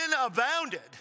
abounded